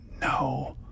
No